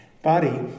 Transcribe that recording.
Body